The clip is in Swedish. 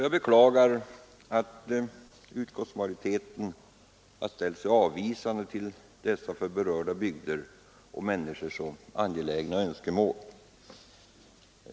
Jag beklagar att utskottsmajoriteten ställt sig avvisande till dessa för berörda bygder och människor så angelägna önskemål.